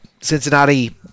cincinnati